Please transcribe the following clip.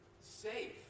Safe